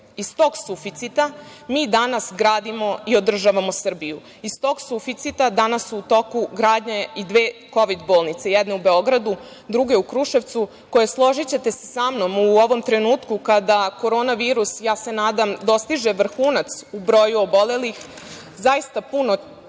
Iz tog suficita mi danas gradimo i održavamo Srbiju. Iz tog suficita danas su u toku gradnje i dve kovid bolnice – jedna u Beogradu, druga u Kruševcu, koje, složićete se sa mnom, u ovom trenutku kada korona virus dostiže vrhunac u broju obolelih, zaista će puno